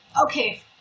okay